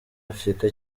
afurika